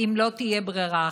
אם לא תהיה ברירה אחרת.